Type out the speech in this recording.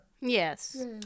yes